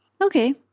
Okay